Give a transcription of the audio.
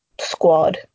squad